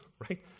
right